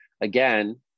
again